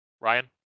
Ryan